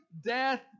death